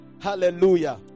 Hallelujah